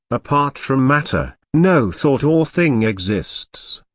apart from matter, no thought or thing exists.